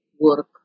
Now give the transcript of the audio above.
work